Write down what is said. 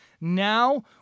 Now